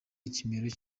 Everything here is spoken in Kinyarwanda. ikimero